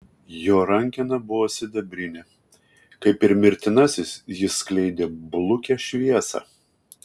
jo rankena buvo sidabrinė kaip ir mirtinasis jis skleidė blukią šviesą